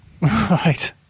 Right